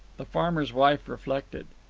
the farmer's wife reflected.